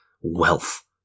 wealth